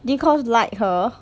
dee-kosh like her